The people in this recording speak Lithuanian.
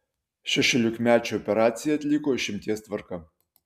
šešiolikmečiui operaciją atliko išimties tvarka